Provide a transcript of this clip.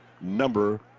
number